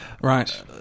Right